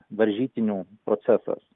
varžytynių procesas